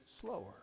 slower